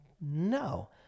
No